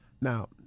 Now